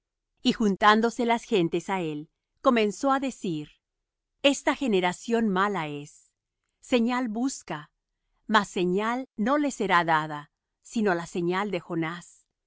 y juntándose las gentes á él comenzó á decir esta generación mala es señal busca mas señal no le será dada sino la señal de jonás